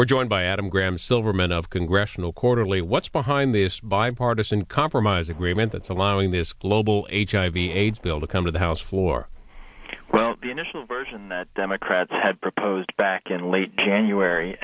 we're joined by adam graham silverman of congressional quarterly what's behind this bipartisan compromise agreement that's allowing this global a jig bill to come to the house floor well the initial version that democrats had proposed back in late january